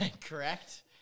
correct